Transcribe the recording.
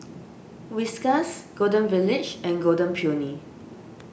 Whiskas Golden Village and Golden Peony